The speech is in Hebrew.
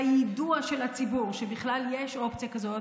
יידוע של הציבור שבכלל יש אופציה כזאת,